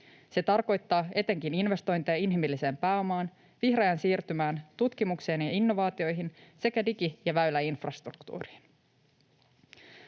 Se tarkoittaa etenkin investointeja inhimilliseen pääomaan, vihreään siirtymään, tutkimukseen ja innovaatioihin sekä digi‑ ja väyläinfrastruktuuriin.